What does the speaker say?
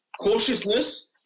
cautiousness